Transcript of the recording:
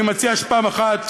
אני מציע שפעם אחת